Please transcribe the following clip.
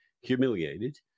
humiliated